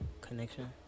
connection